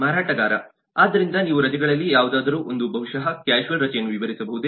ಮಾರಾಟಗಾರ ಆದ್ದರಿಂದ ನೀವು ರಜೆಗಳಲ್ಲಿ ಯಾವುದಾದರೂ ಒಂದು ಬಹುಶ ಕ್ಯಾಶುವಲ್ ರಜೆಯನ್ನು ವಿವರಿಸಬಹುದೇ